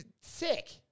sick